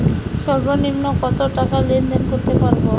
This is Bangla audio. সর্বনিম্ন কত টাকা লেনদেন করতে পারবো?